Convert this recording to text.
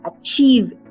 achieve